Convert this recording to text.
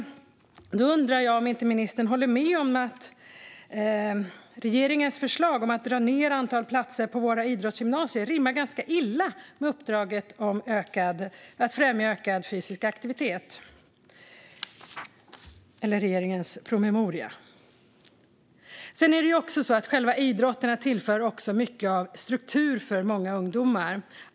Jag undrar om inte ministern håller med om att förslaget i regeringens promemoria om att dra ned på antalet platser på våra idrottsgymnasier rimmar ganska illa med uppdraget att främja ökad fysisk aktivitet. Sedan är det också så att själva idrotterna tillför mycket av struktur för många ungdomar.